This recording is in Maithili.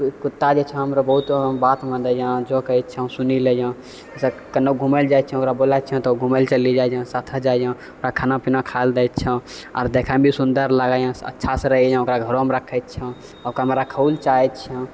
कुत्ता जे छै हमरा बहुत बात मानैए जे कहै छिए सुनि लैएकेन्नो घुमैलए जाइ छिए ओकरा बुलाइ छिए तऽ ओ घुमैलए चलि जाइ छै साथेमे जाइ छै ओकरा खाना पीना खाइलए दै छिए आओर देखैमे भी सुन्दर लागैए अच्छासँ रहैए ओकरा घरेमे रखै छिए ओकरा हम राखै ओहिलिए चाहै छिए